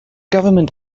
government